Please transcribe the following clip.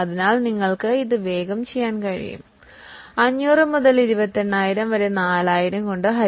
അതിനാൽ നിങ്ങൾക്ക് ഇത് വാമൊഴിയായി ചെയ്യാനും കഴിയും 500 x 28000 ബൈ 4000